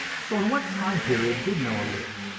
so in what time period did noah live?